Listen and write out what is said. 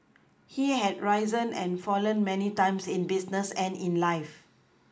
he had risen and fallen many times in business and in life